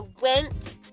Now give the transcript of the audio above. went